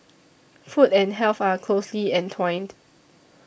food and health are closely entwined